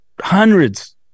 hundreds